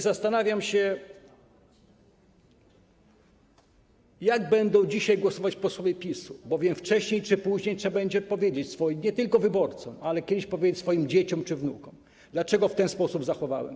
Zastanawiam się, jak będą dzisiaj głosować posłowie PiS-u, bowiem wcześniej czy później trzeba będzie powiedzieć nie tylko swoim wyborcom, ale kiedyś też swoim dzieciom czy wnukom, dlaczego w ten sposób się zachowałem.